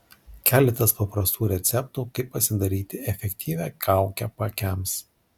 keletas paprastų receptų kaip pasidaryti efektyvią kaukę paakiams